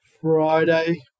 Friday